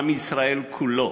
עם ישראל כולו